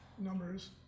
numbers